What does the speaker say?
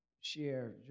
share